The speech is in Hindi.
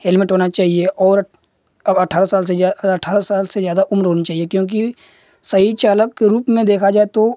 हेलमेट होना चाहिए और अब अठारह साल से अठारह साल से ज़्यादा उम्र होनी चाहिए क्योंकि सही चालक के रूप में देखा जाए तो